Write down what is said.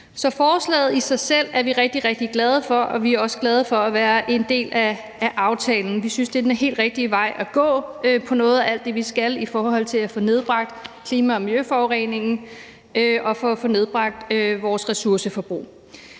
Så forslaget i sig selv er vi rigtig, rigtig glade for, og vi er også glade for at være en del af aftalen. Vi synes, det er den helt rigtige vej at gå med hensyn til noget af alt det, vi skal, i forhold til at få nedbragt klima- og miljøforureningen og få nedbragt vores ressourceforbrug.